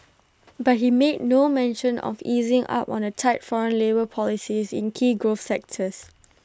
but he made no mention of easing up on A tight foreign labour policies in key growth sectors